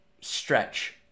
stretch